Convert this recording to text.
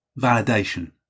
validation